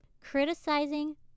criticizing